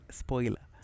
spoiler